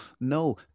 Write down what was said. no